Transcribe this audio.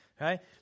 Right